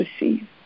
receive